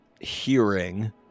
hearing